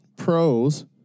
Pros